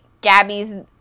gabby's